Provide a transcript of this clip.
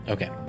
Okay